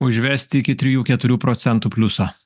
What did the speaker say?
užvesti iki trijų keturių procentų pliuso